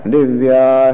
Divya